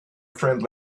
friend